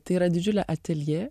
tai yra didžiulė ateljė